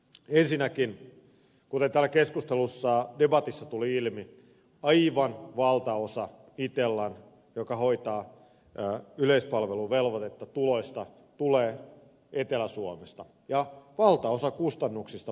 ensinnäkin kuten täällä keskustelussa debatissa tuli ilmi aivan valtaosa itellan joka hoitaa yleispalveluvelvoitetta tuloista tulee etelä suomesta ja valtaosa kustannuksista pohjois suomesta